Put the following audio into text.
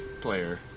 player